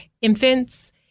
infants